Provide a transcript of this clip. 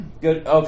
Good